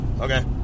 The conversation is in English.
Okay